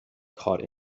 caught